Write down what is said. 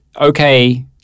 okay